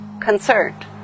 concerned